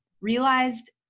realized